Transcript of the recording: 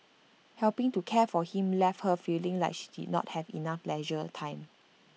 helping to care for him left her feeling like she did not have enough leisure time